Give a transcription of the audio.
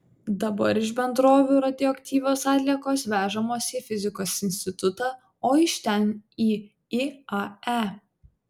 dabar iš bendrovių radioaktyvios atliekos vežamos į fizikos institutą o iš ten į iae